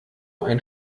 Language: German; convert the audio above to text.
ein